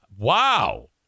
Wow